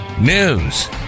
news